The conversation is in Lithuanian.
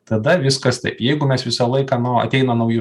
tada viskas taip jeigu mes visą laiką nu ateina nauji